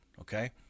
Okay